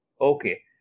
Okay